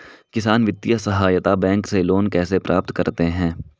किसान वित्तीय सहायता बैंक से लोंन कैसे प्राप्त करते हैं?